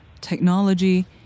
technology